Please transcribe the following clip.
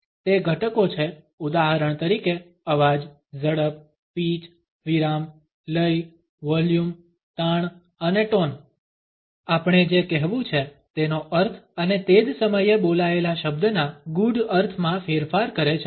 તે ઘટકો છે ઉદાહરણ તરીકે અવાજ ઝડપ પીચ વિરામ લય વોલ્યુમ તાણ અને ટોન આપણે જે કહેવું છે તેનો અર્થ અને તે જ સમયે બોલાયેલા શબ્દના ગૂઢ અર્થમાં ફેરફાર કરે છે